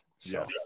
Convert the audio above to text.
Yes